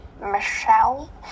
Michelle